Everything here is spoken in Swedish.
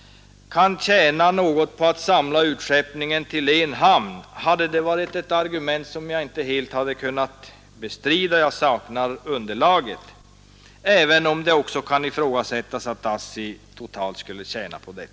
— kan tjäna något på att samla utskeppningen till en hamn, hade det varit ett argument som jag inte helt hade kunnat bestrida, eftersom jag saknar underlaget, även om det också kan ifrågasättas att ASSI totalt skulle tjäna på det.